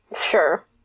Sure